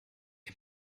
wie